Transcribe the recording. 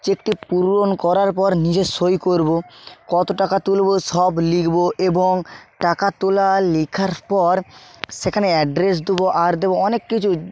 চেকটি পূরণ করার পর নিজে সই করব কত টাকা তুলব সব লিখব এবং টাকা তোলা আর লেখার পর সেখানে অ্যাড্রেস দেব আর দেব অনেক কিছু